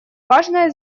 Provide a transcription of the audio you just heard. важное